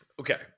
Okay